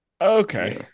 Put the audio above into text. Okay